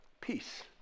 peace